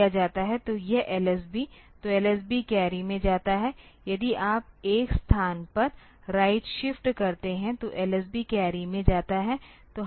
तो यह LSB तो LSB कैरी में जाता है यदि आप 1 स्थान पर राइट शिफ्ट करते हैं तो LSB कैरी में जाता है